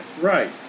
Right